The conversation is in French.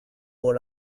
pour